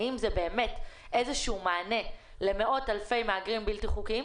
אבל האם זה באמת נותן איזשהו מענה למאות אלפי מהגרים בלתי חוקיים?